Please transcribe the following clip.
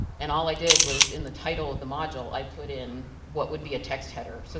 and all i did was in the title of the module, i put in what would be a text header. so